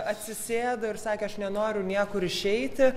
atsisėdo ir sakė aš nenoriu niekur išeiti